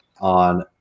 on